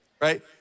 right